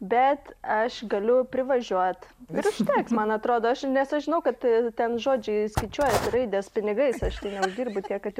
bet aš galiu privažiuot ir užteks man atrodo aš nes aš žinau kad tu ten žodžiai skaičiuojasi raides pinigais aš neuždirbu tiek kad jau